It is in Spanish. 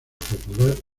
popular